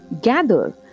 gather